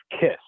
KISS